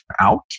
out